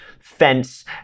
fence